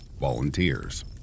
volunteers